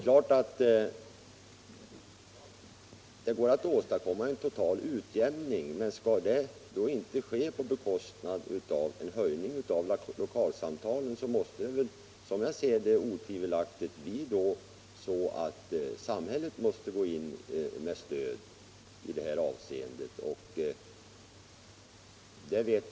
Självfallet kan man åstadkomma en total utjämning, men om det inte skall ske på bekostnad av en höjning av taxan för lokalsamtalen, måste väl samhället gå in med stöd i det här avseendet.